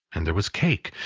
and there was cake,